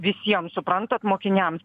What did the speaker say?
visiems suprantant mokiniams